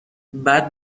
بعد